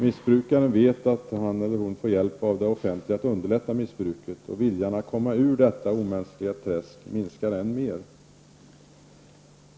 Missbrukaren vet att han eller hon får hjälp av det offentliga att underlätta missbruket, och viljan att komma ur detta omänskliga träsk minskar än mer.